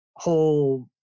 whole